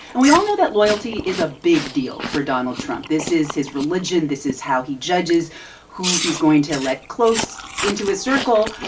and we all know that loyalty is a big deal for donald trump. this is his religion. this is how he judges who he's going to let close, into his circle.